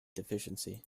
deficiency